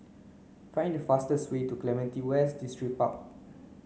find the fastest way to Clementi West Distripark